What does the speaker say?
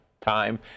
time